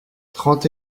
trente